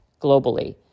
globally